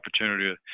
opportunity